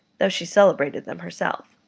though she celebrated them herself.